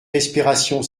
respiration